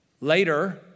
later